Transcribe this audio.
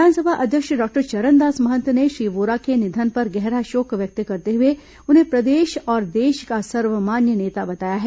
विधानसभा अध्यक्ष डॉक्टर चरणदास महंत ने श्री वोरा के निधन पर गहरा शोक व्यक्त करते हुए उन्हें प्रदेश और देश का सर्वमान्य नेता बताया है